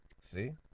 See